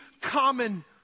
common